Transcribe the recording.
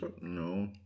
No